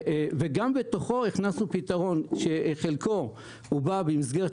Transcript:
גם בתוכו הכנסנו פתרון שחלקו בא במסגרת